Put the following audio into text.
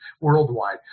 worldwide